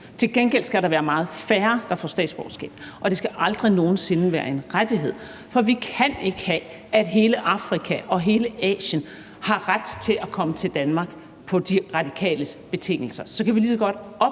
Til gengæld skal der være meget færre, der får statsborgerskab, og det skal aldrig nogen sinde være en rettighed, for vi kan ikke have, at hele Afrika og hele Asien har ret til at komme til Danmark på De Radikales betingelser. Så kan vi lige så godt ophæve